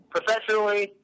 Professionally